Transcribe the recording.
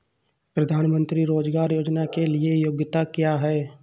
प्रधानमंत्री रोज़गार योजना के लिए योग्यता क्या है?